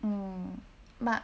mm but